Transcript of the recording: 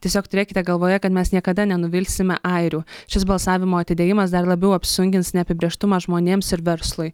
tiesiog turėkite galvoje kad mes niekada nenuvilsime airių šis balsavimo atidėjimas dar labiau apsunkins neapibrėžtumą žmonėms ir verslui